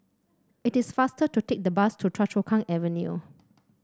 it is faster to take the bus to Choa Chu Kang Avenue